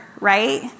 right